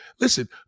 Listen